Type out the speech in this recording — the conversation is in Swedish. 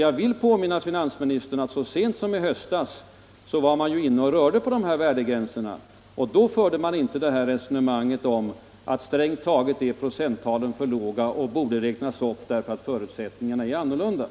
Jag vill påminna finansministern om att man så sent som i höstas fattade beslut om värdegränserna. Då förde man inte det resonemang som herr Sträng nu för om att procenttalen strängt taget är för låga och borde räknas upp därför att förutsättningarna förändrats.